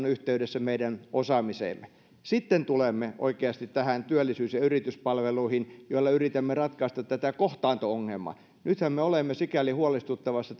yhteydessä meidän osaamiseemme sitten tulemme oikeasti näihin työllisyys ja yrityspalveluihin joilla yritämme ratkaista tätä kohtaanto ongelmaa nythän me olemme sikäli huolestuttavassa